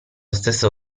stesso